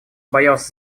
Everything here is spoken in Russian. боялся